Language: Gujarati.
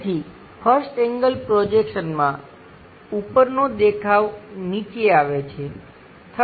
તેથી 1st એંગલ પ્રોજેક્શનમાં ઉપરનો દેખાવ નીચે આવે છે